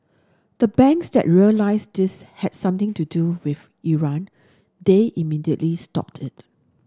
the banks that realised this had something to do with Iran they immediately stopped it